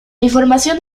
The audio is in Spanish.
información